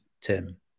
Tim